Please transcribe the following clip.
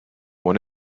one